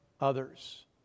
others